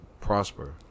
Prosper